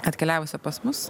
atkeliavusio pas mus